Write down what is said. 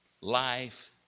life